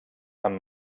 amb